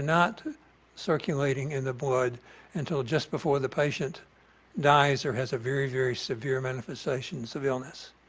not circulating in the blood until just before the patient dies or has a very, very severe manifestations of illness.